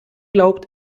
glaubt